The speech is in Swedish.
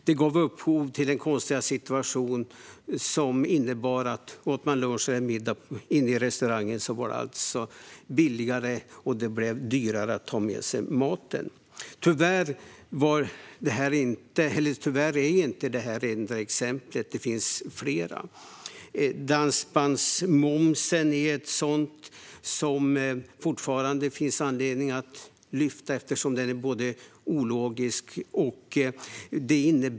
Det gav upphov till den konstiga situationen som innebar att om man åt lunch eller middag inne i restaurangen var det dyrare än om man tog med sig maten. Tyvärr är det inte det enda exemplet. Det finns flera. Dansbandsmomsen är ett exempel som det fortfarande finns anledning att lyfta upp. Den är ologisk.